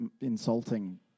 insulting